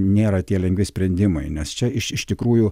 nėra tie lengvi sprendimai nes čia iš iš tikrųjų